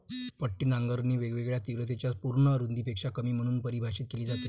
पट्टी नांगरणी वेगवेगळ्या तीव्रतेच्या पूर्ण रुंदीपेक्षा कमी म्हणून परिभाषित केली जाते